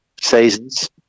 seasons